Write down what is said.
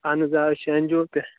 اَہَن حَظ آ أسۍ چھِ این جی او پٮ۪ٹھ